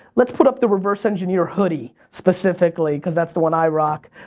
let's put up the reverse engineer hoodie specifically, because that's the one i rock,